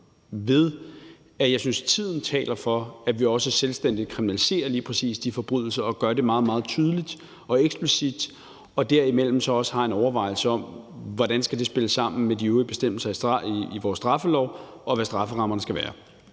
ved, at jeg synes, at tiden taler for, at vi også selvstændigt kriminaliserer lige præcis de forbrydelser og gør det meget, meget tydeligt og eksplicit og i den forbindelse også har en overvejelse om, hvordan det skal spille sammen med de øvrige bestemmelser i vores straffelov, og hvad strafferammerne skal være.